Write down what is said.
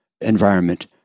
environment